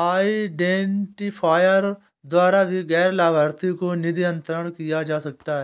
identifier द्वारा भी गैर लाभार्थी को निधि अंतरण किया जा सकता है